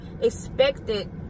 expected